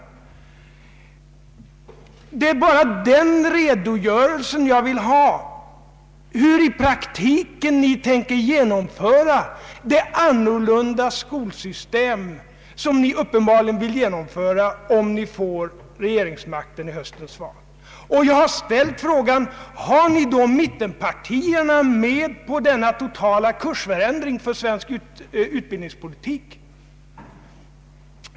Vad jag vill ha är bara denna redogörelse för hur ni i praktiken tänker genomföra det annorlunda beskaffade skolsystem som ni uppenbarligen vill införa om ni får regeringsmakten vid höstens val. Och jag har ställt frågan: Har ni mittpartierna med på denna totala kursförändring för svensk utbildningspolitik?